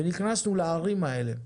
ונכנסנו לערים האלה.